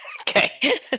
Okay